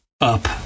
up